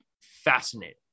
fascinating